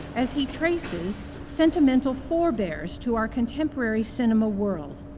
as he traces sentimental forebears to our contemporary cinema world.